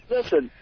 Listen